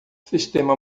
sistema